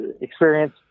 experience